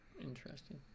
Interesting